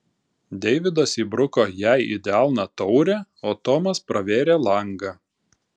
deividas įbruko jai į delną taurę o tomas pravėrė langą